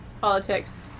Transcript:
politics